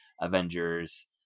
Avengers